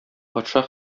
патша